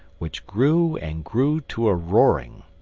which grew and grew to a roaring.